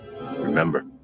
Remember